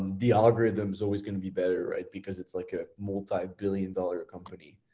the algorithm's always gonna be better because it's like a multi-billion dollar company.